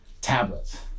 tablets